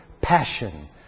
passion